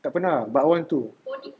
tak pernah but I want to